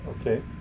Okay